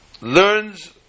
learns